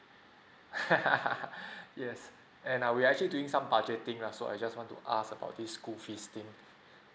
yes and err we actually doing some budgeting lah so I just want to ask about this school fees thing